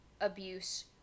abuse